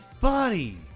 buddy